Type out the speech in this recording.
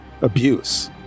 abuse